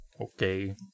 Okay